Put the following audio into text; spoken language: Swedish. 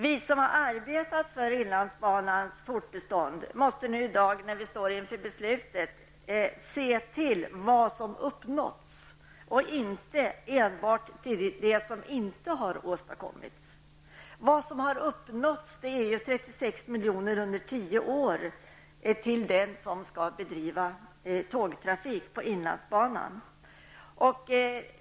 Vi som har arbetat för inlandsbanans fortbestånd måste nu i dag, när vi står inför beslutet, se till vad som uppnåtts och inte enbart till det som inte har uppnåtts. Vad som har uppnåtts är ju 36 milj.kr. under tio år till den som skall bedriva tågtrafik på inlandsbanan.